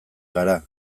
gara